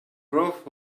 proud